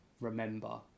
remember